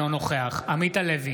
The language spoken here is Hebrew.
אינו נוכח עמית הלוי,